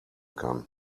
kann